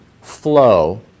flow